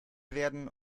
werden